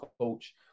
coach